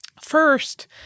First